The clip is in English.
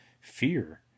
fear